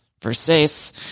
Versace